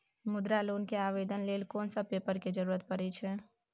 मुद्रा लोन के आवेदन लेल कोन सब पेपर के जरूरत परै छै?